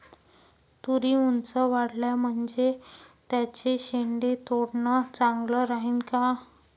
तुरी ऊंच वाढल्या म्हनजे त्याचे शेंडे तोडनं चांगलं राहीन का?